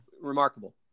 remarkable